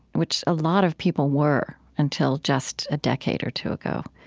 which a lot of people were until just a decade or two ago.